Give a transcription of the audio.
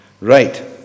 Right